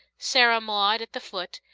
sarah maud at the foot,